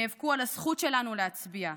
נאבקו על הזכות שלנו להצביע,